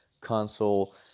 console